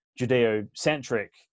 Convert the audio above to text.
judeo-centric